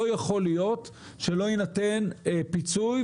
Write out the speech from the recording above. לא יכול להיות שלא יינתן פיצוי,